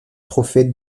trophée